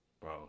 bro